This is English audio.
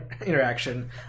interaction